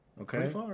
Okay